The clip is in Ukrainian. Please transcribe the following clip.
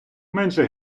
менше